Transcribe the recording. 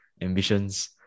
ambitions